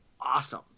awesome